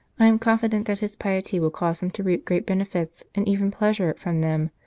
i am con fident that his piety will cause him to reap great benefit, and even pleasure, from them,